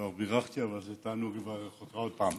אומנם בירכתי, אבל זה תענוג לברך אותך עוד פעם.